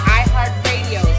iHeartRadio